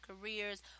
careers